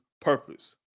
purpose